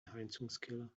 heizungskeller